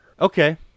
Okay